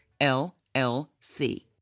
LLC